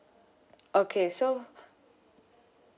okay so